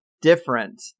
different